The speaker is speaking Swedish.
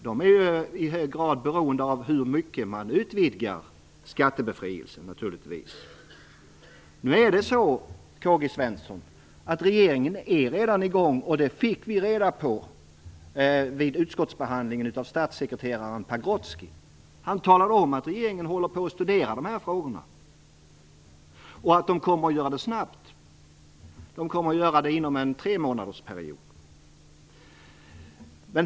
De är ju i hög grad beroende av hur mycket man utvidgar skattebefrielsen. Nu är det så K-G Svenson, och det fick vi under utskottsbehandlingen reda på av statssekreteraren Pagrotsky, att regeringen håller på att studera de här frågorna. Han talade också om att regeringen kommer att göra det snabbt. Det handlar om en en tremånadersperiod.